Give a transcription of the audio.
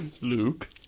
Luke